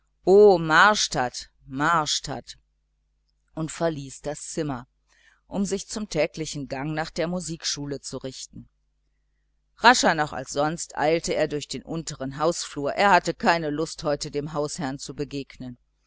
marstadt marstadt und verließ das zimmer um sich zum täglichen gang nach der musikschule zu richten rascher noch als sonst eilte er durch den untern hausflur er hatte keine lust den hausherrn zu begegnen